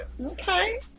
Okay